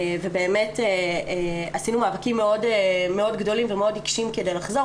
ובאמת עשינו מאבקים גדולים ועיקשים כדי לחזור,